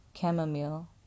Chamomile